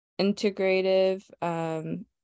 integrative